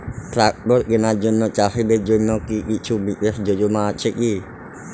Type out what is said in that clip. Tractor কেনার জন্য চাষীদের জন্য কী কিছু বিশেষ যোজনা আছে কি?